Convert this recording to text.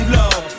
love